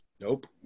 Nope